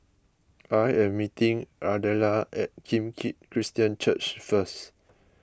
I am meeting Ardella at Kim Keat Christian Church first